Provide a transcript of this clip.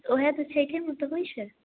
तऽ ओहे तऽ छठिये मे तऽ होइ छै